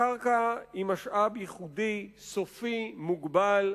הקרקע היא משאב ייחודי, סופי, מוגבל.